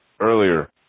earlier